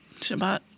Shabbat